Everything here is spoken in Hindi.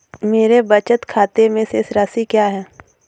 मेरे बचत खाते में शेष राशि क्या है?